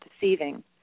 deceiving